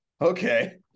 Okay